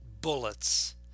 bullets